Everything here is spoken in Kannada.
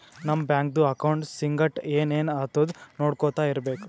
ನಮ್ ಬ್ಯಾಂಕ್ದು ಅಕೌಂಟ್ ಸಂಗಟ್ ಏನ್ ಏನ್ ಆತುದ್ ನೊಡ್ಕೊತಾ ಇರ್ಬೇಕ